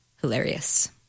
hilarious